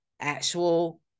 Actual